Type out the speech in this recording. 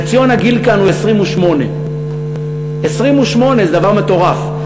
חציון הגיל כאן הוא 28. 28. זה דבר מטורף.